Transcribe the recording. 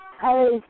Hey